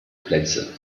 plätze